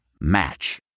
Match